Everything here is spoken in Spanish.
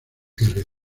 recio